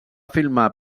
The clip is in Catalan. filmar